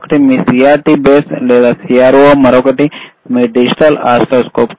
ఒకటి మీ CRT base లేదా CRO మరియు మరొకటి మీ డిజిటల్ ఓసిల్లోస్కోప్